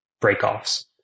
breakoffs